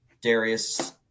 Darius